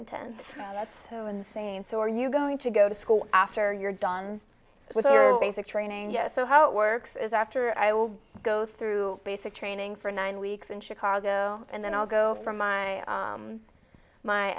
intense that's insane so are you going to go to school after you're done with your basic training yes so how it works is after i will go through basic training for nine weeks in chicago and then i'll go from my